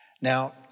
Now